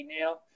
now